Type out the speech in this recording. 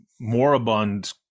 moribund